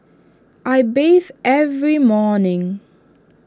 I bathe every morning